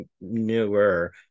newer